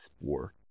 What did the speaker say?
War